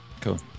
cool